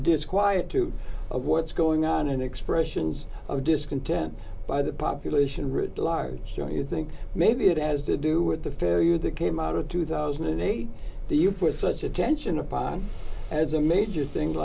disquiet to what's going on and expressions of discontent by the population writ large you know you think maybe it has to do with the failure that came out of two thousand and eight you put such attention upon as a major thing